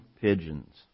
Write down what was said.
pigeons